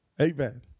amen